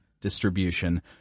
distribution